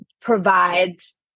provides